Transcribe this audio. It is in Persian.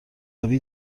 روی